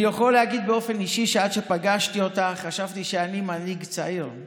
אני יכול להגיד באופן אישי שעד שפגשתי אותך חשבתי שאני מנהיג צעיר.